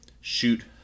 shoot